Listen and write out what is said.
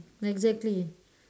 exactly